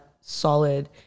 solid